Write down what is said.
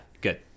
good